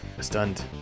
Stunned